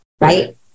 right